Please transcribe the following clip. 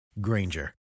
Granger